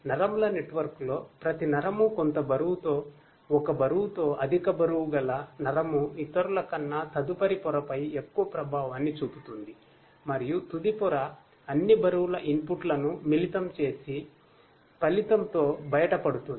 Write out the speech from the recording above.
నరముల నెట్వర్క్లో ప్రతి నరము కొంత బరువుతో ఒక బరువుతో అధిక బరువు గల నరము ఇతరులకన్నా తదుపరి పొరపై ఎక్కువ ప్రభావాన్ని చూపుతుంది మరియు తుది పొర అన్ని బరువుల ఇన్పుట్ లను మిళితం చేసి ఫలితంతో బయటపడుతుంది